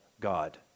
God